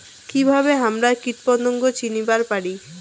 কিভাবে হামরা কীটপতঙ্গ চিনিবার পারি?